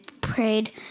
prayed